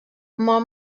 molt